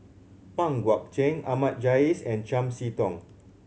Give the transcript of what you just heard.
Pang Guek Cheng Ahmad Jais and Chiam See Tong